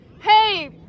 Hey